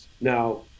Now